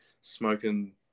smoking